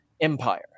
empire